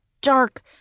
dark